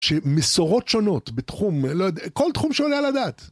שמסורות שונות בתחום, לא יודע, כל תחום שעולה על הדעת.